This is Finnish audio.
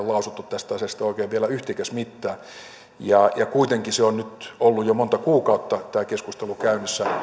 lausuttu tästä asiasta vielä yhtikäs mitään ja kuitenkin tämä keskustelu on nyt ollut jo monta kuukautta käynnissä